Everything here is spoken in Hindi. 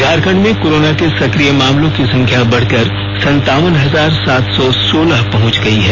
झारखंड में कोरोना के सक्रिय मामलों की संख्या बढ़कर संतावन हजार सात सौ सोलह पहुंच गई है